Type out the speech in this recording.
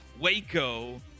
Waco